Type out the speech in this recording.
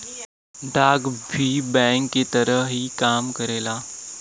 डाक भी बैंक के तरह ही काम करेला